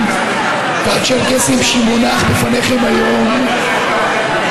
אם אתה מתכוון לכך ברצינות,